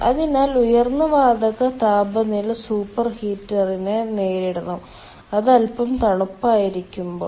അതിനാൽ ഉയർന്ന വാതക താപനില സൂപ്പർഹീറ്ററിനെ നേരിടണം അത് അൽപ്പം തണുപ്പായിരിക്കുമ്പോൾ